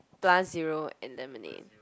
plus zero and lemonade